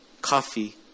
coffee